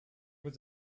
was